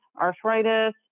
arthritis